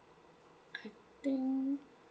I think